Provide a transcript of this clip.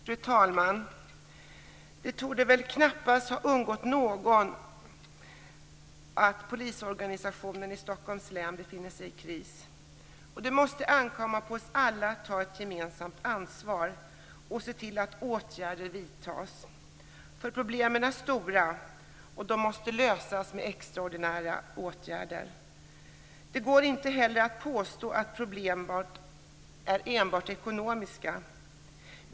Fru talman! Det torde väl knappast ha undgått någon att polisorganisationen i Stockholms län befinner sig i kris. Det måste ankomma på oss alla att ta ett gemensamt ansvar och se till att åtgärder vidtas. Problemen är stora, och de måste lösas med extraordinära åtgärder. Det går inte heller att påstå att problemen är enbart ekonomiska.